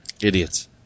idiots